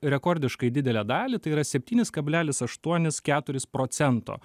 rekordiškai didelę dalį tai yra septynis kablelis aštuonis keturis procento